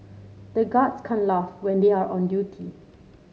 the guards can't laugh when they are on duty